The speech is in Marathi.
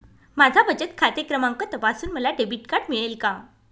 माझा बचत खाते क्रमांक तपासून मला डेबिट कार्ड मिळेल का?